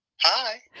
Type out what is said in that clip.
hi